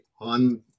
on